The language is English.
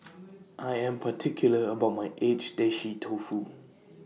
I Am particular about My Agedashi Dofu